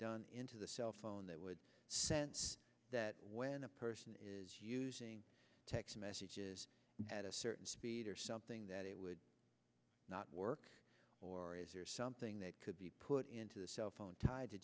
done into the cell phone that would sense that when a person is using text messages at a certain speed or something that it would not work or is there something that could be put into the cell phone tied to